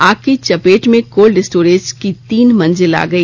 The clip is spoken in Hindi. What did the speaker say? आग की चपेट में कोल्ड स्टोरेज की तीन मंजिल आ गई